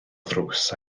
ddrws